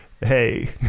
hey